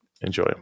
Enjoy